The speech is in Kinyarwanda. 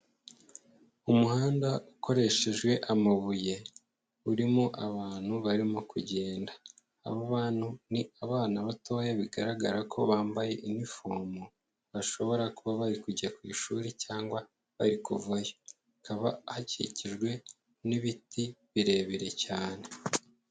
Umuhanda ukoresheje amabuye urimo abantu barimo kugenda, abo bantu ni abana batoya bigaragara ko bambaye uniform bashobora kuba bari kujya ku ishuri cyangwa bari kuvayo, hakaba hakikijwe n'ibiti birebire cyane.